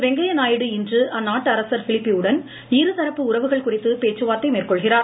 வெங்கய்ய நாயுடு இன்று அந்நாட்டு அரசர் பிலிப்பி யுடன் இருதரப்பு உறவுகள் குறித்து பேச்சுவார்த்தை மேற்கொள்கிறார்